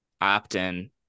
opt-in